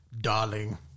darling